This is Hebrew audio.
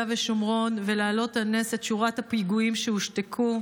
ושומרון ולהעלות על נס את שורת הפיגועים שהושתקו.